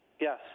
Yes